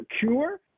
secure